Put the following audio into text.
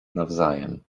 nawzajem